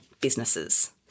businesses